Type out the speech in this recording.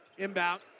Inbound